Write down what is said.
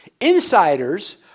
Insiders